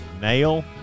Nail